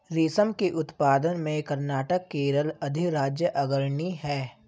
रेशम के उत्पादन में कर्नाटक केरल अधिराज्य अग्रणी है